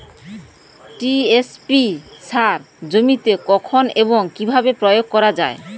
TSP সার জমিতে কখন এবং কিভাবে প্রয়োগ করা য়ায়?